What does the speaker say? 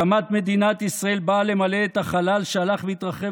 הקמת מדינת ישראל באה למלא את החלל שהלך והתרחב